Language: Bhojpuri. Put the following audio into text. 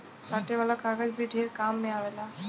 साटे वाला कागज भी ढेर काम मे आवेला